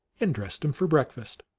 and dressed him for breakfast.